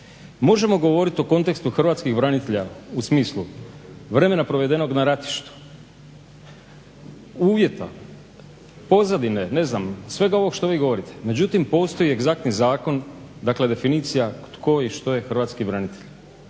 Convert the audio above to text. Možemo govoriti o kontekstu hrvatskih branitelja u smislu vremena provedenog na ratištu, uvjeta, pozadine ne znam svega ovog što vi govorite, međutim postoji i egzaktni zakon, dakle definicija tko i što je hrvatski branitelj.